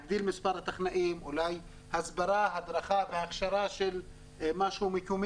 אני חושב שלדוגמה, אצלנו ביישובים הערביים,